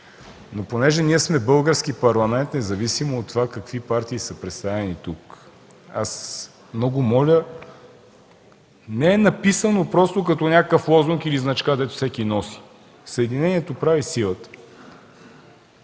Но понеже ние сме български парламент, независимо от това какви партии са представени тук, аз много моля – не е написано просто като някакъв лозунг или значка, дето всеки носи – „Съединението прави силата”.